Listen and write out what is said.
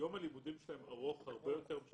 יום הלימודים שלהם ארוך הרבה יותר מאשר